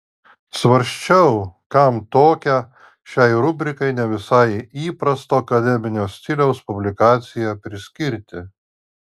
svarsčiau kam tokią šiai rubrikai ne visai įprasto akademinio stiliaus publikaciją priskirti